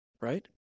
right